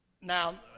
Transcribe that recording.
now